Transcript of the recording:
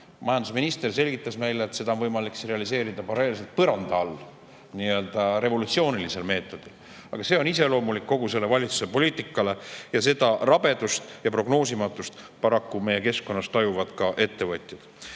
Majandusminister selgitas meile, et seda on võimalik realiseerida paralleelselt põranda all, nii-öelda revolutsioonilisel meetodil. Aga see on iseloomulik kogu selle valitsuse poliitikale. Ja seda rabedust ja prognoosimatust meie keskkonnas paraku tajuvad ka ettevõtjad.